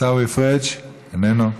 עיסאווי פריג' איננו,